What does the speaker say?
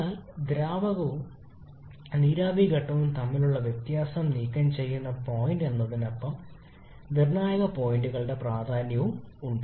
എന്നാൽ ദ്രാവകവും നീരാവി ഘട്ടവും തമ്മിലുള്ള വ്യത്യാസം നീക്കം ചെയ്യുന്ന പോയിന്റ് എന്നതിനപ്പുറം നിർണായക പോയിന്റുകളുടെ പ്രാധാന്യവും ഉണ്ട്